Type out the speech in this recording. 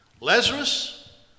Lazarus